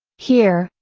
here,